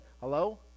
Hello